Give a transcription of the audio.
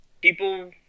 people